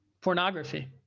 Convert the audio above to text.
Pornography